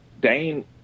Dane –